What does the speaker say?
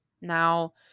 Now